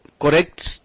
correct